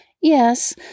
Yes